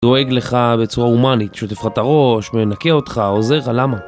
דואג לך בצורה הומנית, שוטף לך את הראש, מנקה אותך, עוזר הלמה